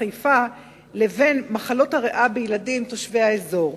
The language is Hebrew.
חיפה לבין מחלות הריאה בילדים תושבי האזור.